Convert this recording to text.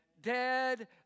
dead